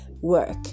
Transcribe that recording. work